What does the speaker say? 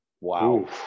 Wow